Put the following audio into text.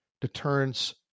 deterrence